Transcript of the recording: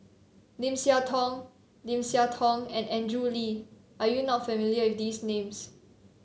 Lim Siah Tong Lim Siah Tong and Andrew Lee are you not familiar with these names